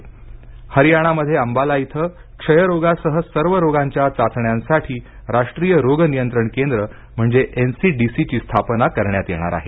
हरियाणा हरियाणामध्ये अंबाला इथं क्षयरोगासह सर्व रोगांच्या चाचण्यांसाठी राष्ट्रीय रोग नियंत्रण केंद्र म्हणजे एन सी डी सी ची स्थापना करण्यात येणार आहे